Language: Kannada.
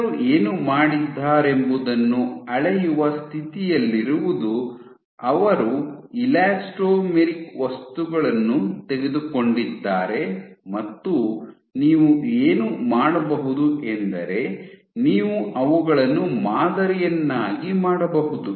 ಜನರು ಏನು ಮಾಡಿದ್ದಾರೆಂಬುದನ್ನು ಅಳೆಯುವ ಸ್ಥಿತಿಯಲ್ಲಿರುವುದು ಅವರು ಎಲಾಸ್ಟೊಮೆರಿಕ್ ವಸ್ತುಗಳನ್ನು ತೆಗೆದುಕೊಂಡಿದ್ದಾರೆ ಮತ್ತು ನೀವು ಏನು ಮಾಡಬಹುದು ಎಂದರೆ ನೀವು ಅವುಗಳನ್ನು ಮಾದರಿಯನ್ನಾಗಿ ಮಾಡಬಹುದು